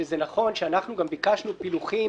שזה נכון שאנחנו גם ביקשנו פילוחים